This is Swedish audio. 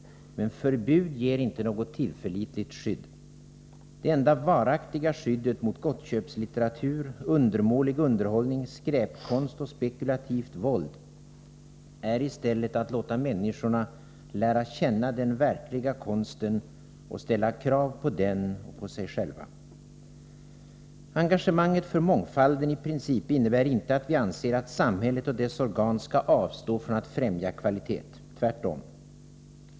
Men förbud ger inte något tillförlitligt pliktskydd. Det enda varaktiga skyddet mot gottköpslitteratur, undermålig underhållning, skräpkonst och spekulativt våld är i stället att låta människorna lära känna den verkliga konsten och ställa krav på den och på sig själva. Engagemanget för mångfalden i princip innebär inte att vi anser att samhället och dess organ skall avstå från att främja kvalitet. Tvärtom!